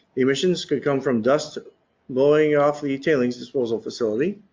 emissions could come from dust blowing off the tailings disposal facility.